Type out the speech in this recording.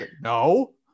No